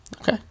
Okay